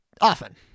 often